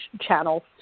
channels